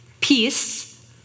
peace